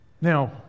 now